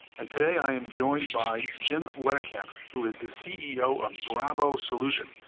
and today i'm joined by jim wetekamp, who is the ceo of bravo solution.